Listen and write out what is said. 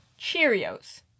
Cheerios